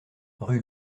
rue